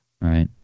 right